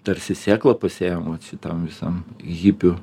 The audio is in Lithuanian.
tarsi sėkla pasėjama šitam visam hipių